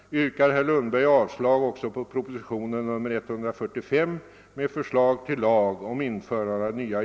Herr talman!